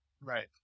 Right